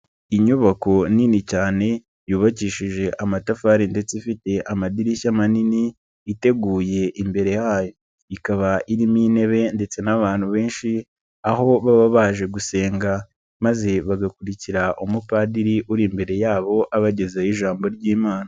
Inyubako nini cyane, yubakishije amatafari ndetse ifite amadirishya manini, iteguye imbere yayo, ikaba irimo intebe ndetse n'abantu benshi, aho baba baje gusenga, maze bagakurikira umupadiri uri imbere yabo abagezaho ijambo ry'imana.